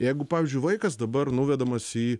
jeigu pavyzdžiui vaikas dabar nuvedamas į